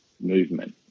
movement